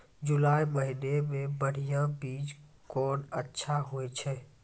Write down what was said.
जुलाई महीने मे बढ़िया बीज कौन अच्छा होय छै?